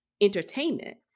entertainment